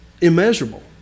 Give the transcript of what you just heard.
immeasurable